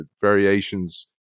variations